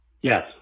Yes